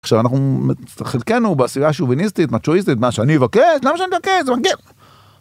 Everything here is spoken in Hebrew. עכשיו אנחנו חלקנו בסביבה שוביניסטית, מצ'ואיסטית, מה שאני אבקש? למה שאני אבקש? זה מגיע.